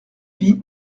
vie